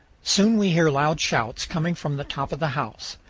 soon we hear loud shouts coming from the top of the house.